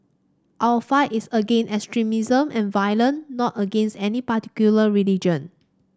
our fight is against extremism and violence not against any particular religion